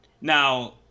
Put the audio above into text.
Now